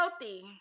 healthy